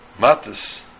matas